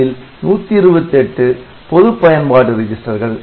அதில் 128 பொதுப் பயன்பாட்டு ரிஜிஸ்டர்கள்